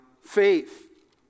faith